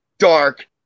dark